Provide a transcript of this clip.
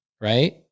right